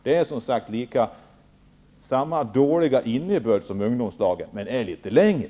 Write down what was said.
Det har samma dåliga innebörd som ungdomslagen, men det är litet längre.